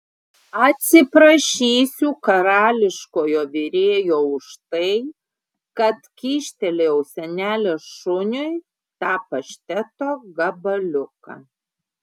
atsiprašysiu karališkojo virėjo už tai kad kyštelėjau senelės šuniui tą pašteto gabaliuką